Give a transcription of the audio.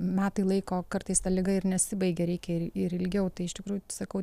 metai laiko kartais ta liga ir nesibaigia reikia ir ir ilgiau tai iš tikrųjų sakau